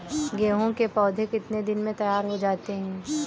गेहूँ के पौधे कितने दिन में तैयार हो जाते हैं?